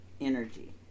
energy